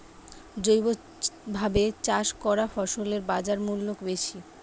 জৈবভাবে চাষ করা ফসলের বাজারমূল্য বেশি